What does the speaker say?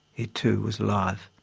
it too was alive.